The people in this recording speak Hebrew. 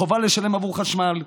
חובה לשלם עבור חשמל,